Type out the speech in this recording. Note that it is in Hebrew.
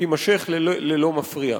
תימשך ללא מפריע.